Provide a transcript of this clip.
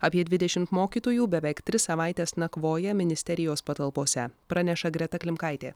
apie dvidešimt mokytojų beveik tris savaites nakvoja ministerijos patalpose praneša greta klimkaitė